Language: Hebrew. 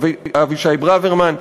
אבישי ברוורמן,